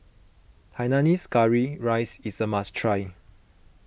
Hainanese Curry Rice is a must try